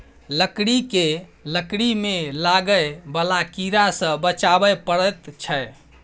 लकड़ी केँ लकड़ी मे लागय बला कीड़ा सँ बचाबय परैत छै